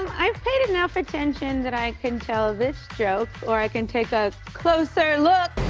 i've paid enough attention that i can tell this joke or i can take a closer look!